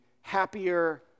happier